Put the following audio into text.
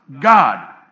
God